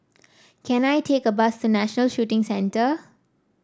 can I take a bus to National Shooting Centre